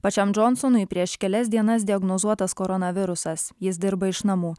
pačiam džonsonui prieš kelias dienas diagnozuotas koronavirusas jis dirba iš namų